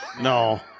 No